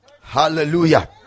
Hallelujah